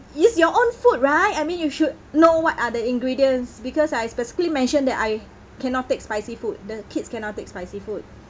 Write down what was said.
it's your own food right I mean you should know what are the ingredients because I specifically mentioned that I cannot take spicy food the kids cannot take spicy food